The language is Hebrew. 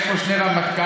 יש פה שני רמטכ"לים,